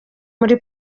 muri